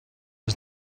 was